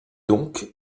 donc